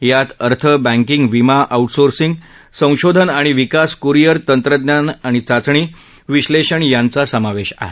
यात अर्थ बँकिंग विमा आउट सोर्सिंग संशोधन आणि विकास क्रियर तंत्रज्ञान चाचणी आणि विश्लेषण या सेवांचा समावेश आहे